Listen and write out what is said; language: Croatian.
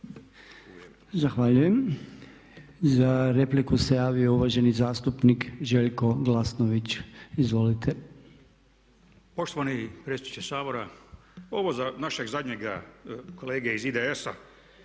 Zahvaljujem. Za repliku se javio uvaženi zastupnik Željko Glasnović, izvolite. **Glasnović, Željko (HDZ)** Poštovani potpredsjedniče Sabora, ovo je za našeg zadnjeg kolegu iz IDS-a